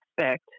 expect